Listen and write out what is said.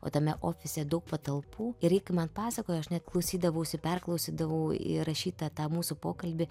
o tame ofise daug patalpų ir ji kai man pasakojo aš net klausydavausi perklausydavau įrašytą tą mūsų pokalbį